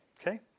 okay